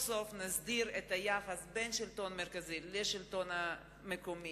סוף נסדיר את היחס בין השלטון המרכזי לבין השלטון המקומי.